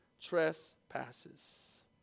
trespasses